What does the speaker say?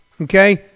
okay